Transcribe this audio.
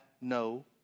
no